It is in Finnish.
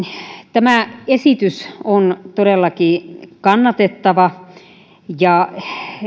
tämä esitys on todellakin kannatettava ja